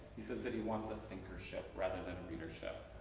he says that he wants a thinkership rather than a readership.